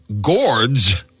gourds